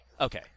Okay